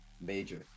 major